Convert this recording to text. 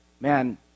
Man